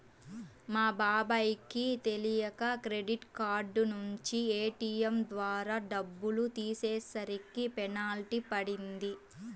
మా బాబాయ్ కి తెలియక క్రెడిట్ కార్డు నుంచి ఏ.టీ.యం ద్వారా డబ్బులు తీసేసరికి పెనాల్టీ పడింది